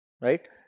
Right